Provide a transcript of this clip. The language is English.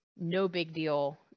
no-big-deal